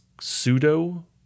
pseudo